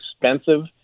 expensive